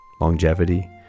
longevity